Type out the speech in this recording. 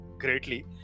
greatly